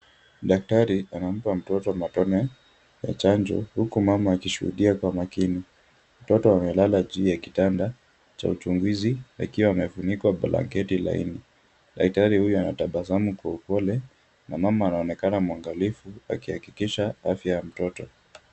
Daktari anampa mtoto matone ya chanjo huku mama akishuhudia kwa makini. Mtoto amelala juu ya kitanda cha uchunguzi akiwa amefunikwa blanketi laini. Daktari huyu anatabasamu kwa upole na mama anaonekana mwangalifu akihakikisha afya ya mtoto.